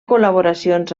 col·laboracions